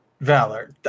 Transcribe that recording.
Valor